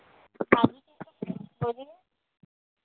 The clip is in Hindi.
बोलिए